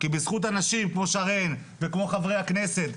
כי בזכות אנשים כמו שרן וכמו חברי הכנסת,